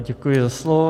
Děkuji za slovo.